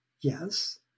yes